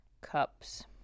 Cups